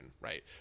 right